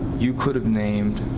you could have named